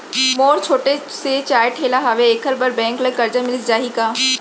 मोर छोटे से चाय ठेला हावे एखर बर बैंक ले करजा मिलिस जाही का?